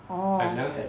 orh